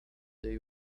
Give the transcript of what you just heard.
day